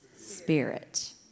spirit